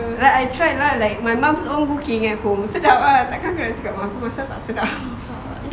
like I tried lah like my mum own cooking at home sedap ah takkan aku nak cakap mak aku masak tak sedap